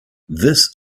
this